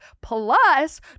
plus